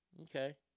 Okay